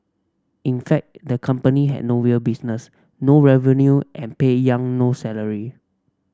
in fact the company had no real business no revenue and paid Yang no salary